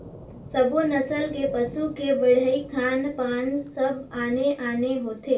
सब्बो नसल के पसू के बड़हई, खान पान सब आने आने होथे